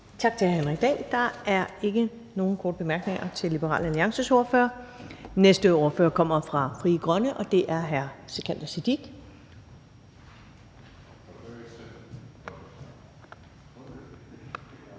Tak til hr. Henrik Dahl. Der er ikke nogen korte bemærkninger til Liberal Alliances ordfører. Den næste ordfører kommer fra Frie Grønne, og det er hr. Sikandar Siddique.